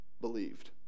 believed